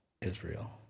Israel